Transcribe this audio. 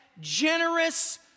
generous